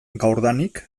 gaurdanik